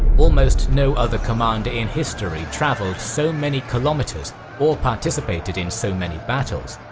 almost no other commander in history travelled so many kilometres or participated in so many battles.